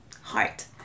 heart